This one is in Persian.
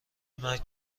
مرگ